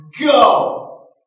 go